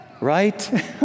right